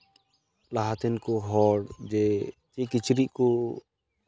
ᱞᱟᱦᱟ ᱛᱮᱱ ᱦᱚᱲ ᱡᱮ ᱠᱤᱪᱨᱤᱡ ᱠᱚ